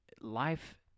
Life